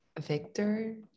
Victor